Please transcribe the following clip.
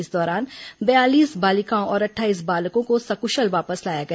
इस दौरान बयालीस बालिकाओं और अट्ठाईस बालकों को सकुशल वापस लाया गया